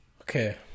Okay